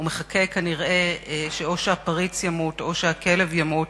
ומחכה כנראה או שהפריץ ימות או שהכלב ימות